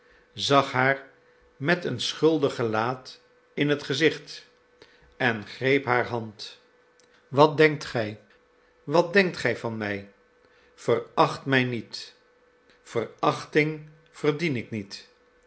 zag haar met een schuldig gelaat in het gezicht en greep haar hand wat denkt gij wat denkt gij van mij veracht mij niet verachting verdien ik niet